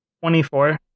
Twenty-four